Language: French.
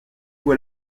vous